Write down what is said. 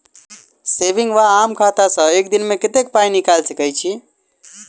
Saving वा आम खाता सँ एक दिनमे कतेक पानि निकाइल सकैत छी?